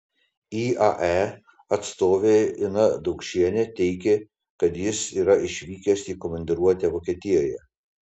iae atstovė ina daukšienė teigė kad jis yra išvykęs į komandiruotę vokietijoje